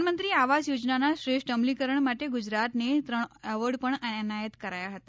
પ્રધાનમંત્રી આવાસ યોજનાના શ્રેષ્ઠ અમલીકરણ માટે ગુજરાતનેત્રણ એવોર્ડ પણ એનાયત કરાયા હતા